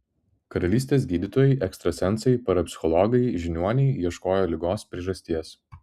karalystės gydytojai ekstrasensai parapsichologai žiniuoniai ieškojo ligos priežasties